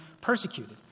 persecuted